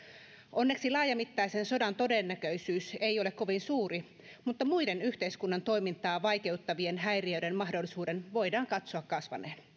onneksi laajamittaisen sodan todennäköisyys ei ole kovin suuri mutta muiden yhteiskunnan toimintaa vaikeuttavien häiriöiden mahdollisuuden voidaan katsoa kasvaneen